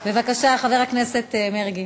בבקשה, חבר הכנסת מרגי.